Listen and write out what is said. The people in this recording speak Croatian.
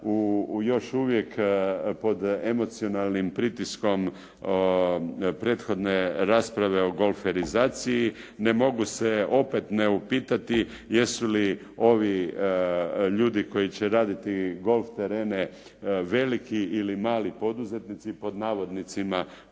još uvijek pod emocionalnim pritiskom prethodne rasprave o golferizaciji ne mogu se opet ne upitati jesu li ovi ljudi koji će raditi golf terene veliki ili mali poduzetnici pod navodnicima kao